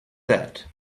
that